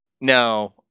No